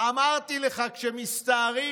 אמרתי לך: כשמסתערים,